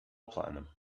platinum